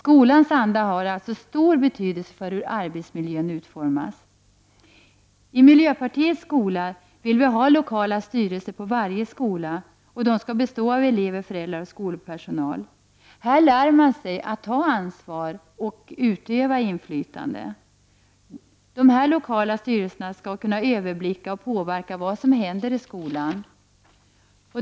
Andan i skolan har alltså stor betydelse för utformningen av arbetsmiljön. I miljöpartiets skola vill vi ha lokala styrelser på varje skola. Dessa skall bestå av elever, föräldrar och skolpersonal. Här lär man sig att ta ansvar och att utöva inflytande. De lokala styrelserna skall kunna överblicka och påverka vad om händer i skolan.